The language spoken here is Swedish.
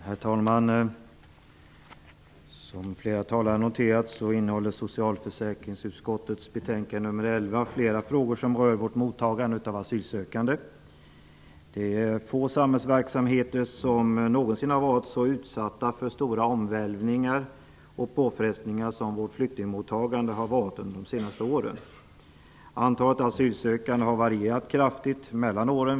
Herr talman! Socialförsäkringsutskottet betänkande nr 11 innehåller flera frågor som rör vårt mottagande av asylsökande. Det har flera talare noterat. Få samhällsverksamheter har någonsin varit så utsatta för stora omvälvningar och påfrestningar som vårt flyktingmottagande har varit under de senaste åren. Antalet asylsökande har varierat kraftigt mellan åren.